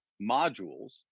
modules